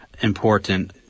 important